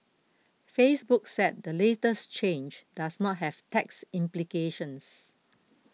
Facebook said the latest change does not have tax implications